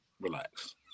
relax